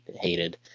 hated